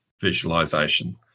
visualization